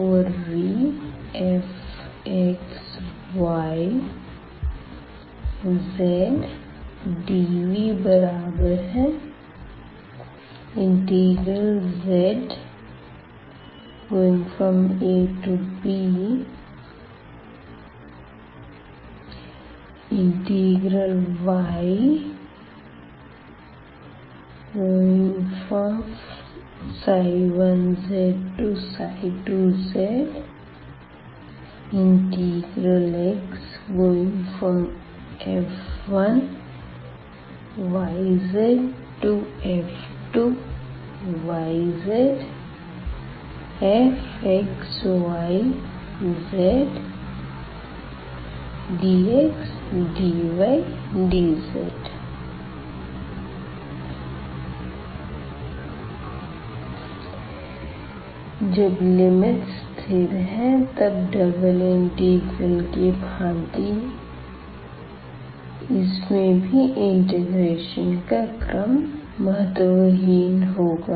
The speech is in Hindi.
VfxyzdVzaby1z2zxf1yzf2yzfxyzdxdydz जब लिमिट्स स्थिर है तब डबल इंटीग्रल की भांति इसमें भी इंटीग्रेशन का क्रम महत्वहीन होगा